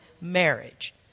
marriage